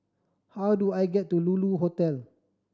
how do I get to Lulu Hotel